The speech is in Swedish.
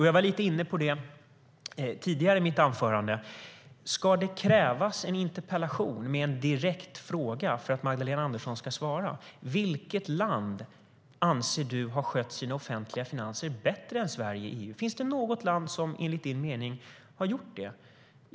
Jag var inne på detta tidigare i mitt anförande: Ska det krävas en interpellation med en direkt fråga för att Magdalena Andersson ska svara på vilket land hon anser har skött sina offentliga finanser bättre än Sverige i EU? Finns det något land som enligt hennes mening har gjort det?